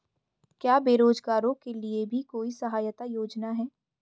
क्या बेरोजगारों के लिए भी कोई सहायता योजना है?